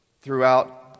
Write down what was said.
throughout